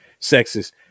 sexist